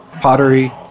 pottery